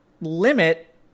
limit